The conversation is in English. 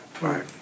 right